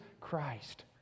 Christ